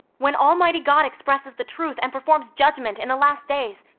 when almighty god expresses the truth and performs judgment in the last days,